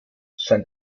sein